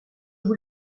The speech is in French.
vous